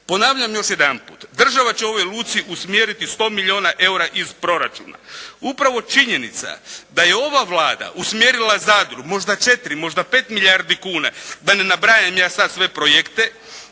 Ponavljam još jedanput. Država će ovoj luci usmjeriti 100 milijuna EUR-a iz Proračuna. Upravo činjenica da je ova Vlada usmjerila Zadru možda 4, možda 5 milijardi kuna, da ne nabrajam ja sad sve projekte,